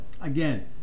again